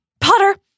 Potter